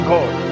God